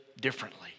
differently